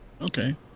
okay